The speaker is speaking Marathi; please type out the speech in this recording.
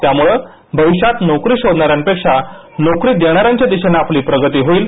ज्यामुळं भविष्यात नोकरी शोधणाऱ्यांपेक्षा नोकरी देणाऱ्यांच्या दिशेनं आपली प्रगती होईल